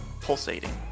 pulsating